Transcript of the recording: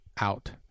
out